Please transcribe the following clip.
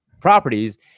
properties